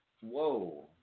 Whoa